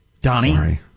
Donnie